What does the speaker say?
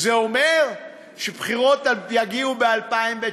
זה אומר שהבחירות יהיו ב-2019.